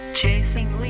Chasing